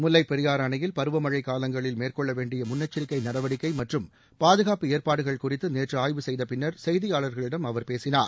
முல்லைப் பெரியாறு அணையில் பருவமழை காலங்களில் மேற்கொள்ள வேண்டிய முன்னெச்சிக்கை நடவடிக்கை மற்றும் பாதுகாப்பு ஏற்பாடுகள் குறித்து நேற்று ஆய்வு செய்த பின்னா் செய்தியாளர்களிடம் அவர் பேசினார்